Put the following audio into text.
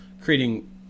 creating